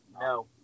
no